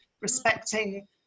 respecting